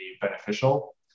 beneficial